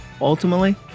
ultimately